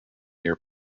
near